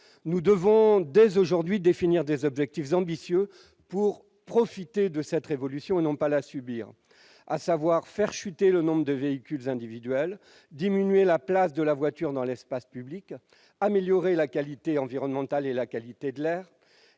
Nous devons dès aujourd'hui définir des objectifs ambitieux afin de profiter de cette révolution, et non de la subir : réduire drastiquement le nombre de véhicules individuels, diminuer la place de la voiture dans l'espace public, améliorer la qualité environnementale et la qualité de l'air,